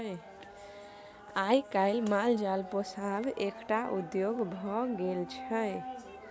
आइ काल्हि माल जाल पोसब एकटा उद्योग भ गेल छै